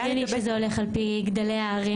לגבי --- הגיוני שזה הולך על פי גודל הערים,